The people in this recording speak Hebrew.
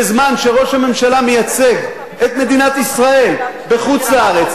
בזמן שראש הממשלה מייצג את מדינת ישראל בחוץ-לארץ,